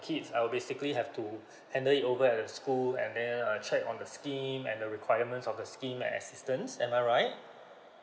kids I'll basically have to handle it over at the school and then uh check on the scheme and the requirements of the scheme and assistance am I right